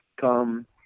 come –